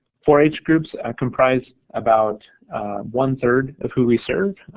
four h groups comprise about one-third of who we serve.